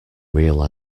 real